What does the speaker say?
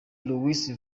louis